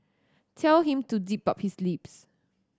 tell him to zip up his lips